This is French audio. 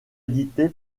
édité